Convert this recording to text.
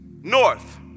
north